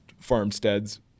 farmsteads